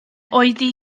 oedi